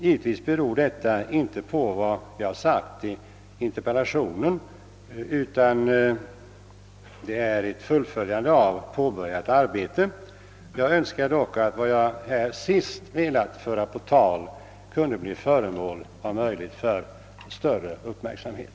Givetvis har detta ja inte varit betingat av vad jag anfört i interpellationen, utan det innebär ett fullföljande av påbörjat arbete. Jag önskar dock att det som jag nu sist fört på tal bleve föremål för en större uppmärksamhet.